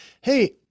hey